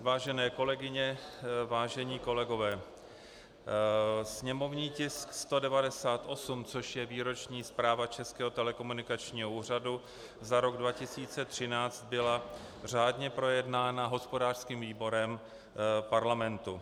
Vážené kolegyně, vážení kolegové, sněmovní tisk 198, což je Výroční zpráva Českého telekomunikačního úřadu za rok 2013, byl řádně projednán hospodářským výborem parlamentu.